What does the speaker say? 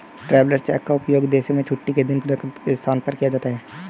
travellers cheque का उपयोग विदेशों में छुट्टी के दिन नकद के स्थान पर किया जाता है